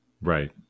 Right